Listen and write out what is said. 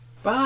Bye